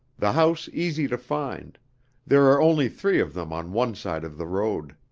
the house easy to find there are only three of them on one side of the road.